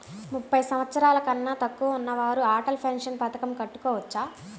ముప్పై సంవత్సరాలకన్నా తక్కువ ఉన్నవారు అటల్ పెన్షన్ పథకం కట్టుకోవచ్చా?